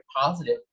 positive